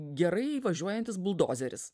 gerai važiuojantis buldozeris